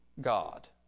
God